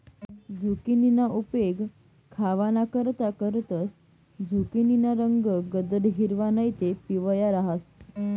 झुकिनीना उपेग खावानाकरता करतंस, झुकिनीना रंग गडद हिरवा नैते पिवया रहास